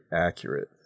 accurate